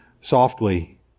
softly